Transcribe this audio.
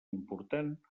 important